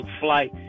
flight